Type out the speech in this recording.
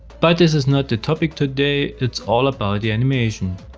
but this is not the topic today, it's all about the animation.